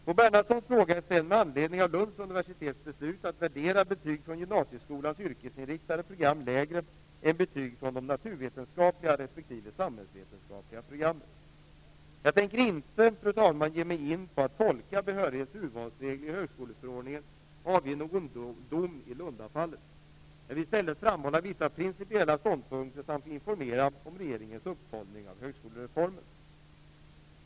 Bo Bernhardssons fråga är ställd med anledning av Lunds universitets beslut att värdera betyg från gymnasieskolans yrkesinriktade program lägre än betyg från de naturvetenskapliga respektive samhällsvetenskapliga programmen. Jag tänker inte, fru talman, ge mig in på att tolka behörighets och urvalsregler i högskoleförordningen och avge någon dom i Lundafallet. Jag vill i stället framhålla vissa principiella ståndpunkter samt informera om regeringens uppföljning av högskolereformen.